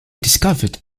discovered